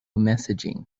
messaging